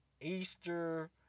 Easter